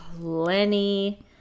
Lenny